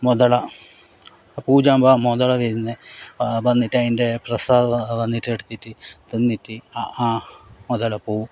മുതല പൂജാമ്പ മുതല വരുന്നു വന്നിട്ട് അതിൻ്റെ പ്രസാദം വന്നിട്ട് തിന്നിട്ട് ആ മുതല പോകും